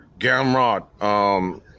Gamrod